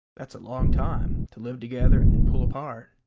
that's a long time to live together and then pull apart.